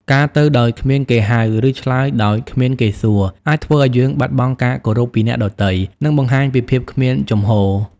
ការទៅដោយគ្មានគេហៅ ឬឆ្លើយដោយគ្មានគេសួរ អាចធ្វើឲ្យយើងបាត់បង់ការគោរពពីអ្នកដទៃ និងបង្ហាញពីភាពគ្មានជំហរ។